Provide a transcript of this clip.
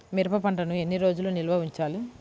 మిరప పంటను ఎన్ని రోజులు నిల్వ ఉంచాలి?